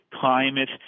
Climate